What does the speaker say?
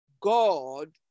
god